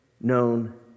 known